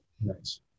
nice